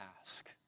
ask